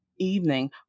evening